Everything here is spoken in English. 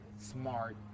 smart